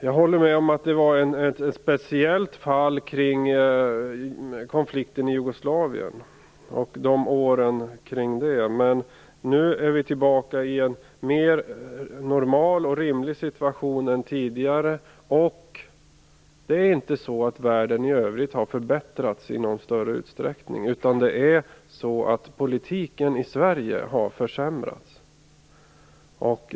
Jag håller med om att konflikten i Jugoslavien innebar ett speciellt fall under de aktuella åren. Men nu är vi tillbaka i en mer normal och rimlig situation än tidigare. Världen i övrigt har inte förbättrats i någon större utsträckning, utan politiken i Sverige har försämrats.